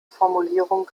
formulierung